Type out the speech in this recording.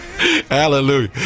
Hallelujah